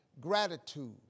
Gratitude